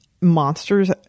monsters